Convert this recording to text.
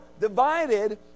divided